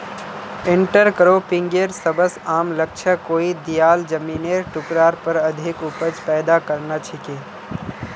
इंटरक्रॉपिंगेर सबस आम लक्ष्य कोई दियाल जमिनेर टुकरार पर अधिक उपज पैदा करना छिके